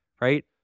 right